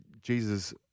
Jesus